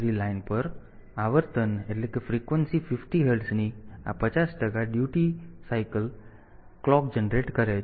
3 line પર આવર્તન 50 હર્ટ્ઝની આ 50 ટકા ડ્યુટી ચક્ર ઘડિયાળ જનરેટ કરે છે